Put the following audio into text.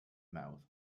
mouth